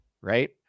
Right